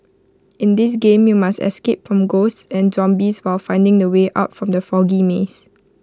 in this game you must escape from ghosts and zombies while finding the way out from the foggy maze